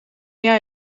jij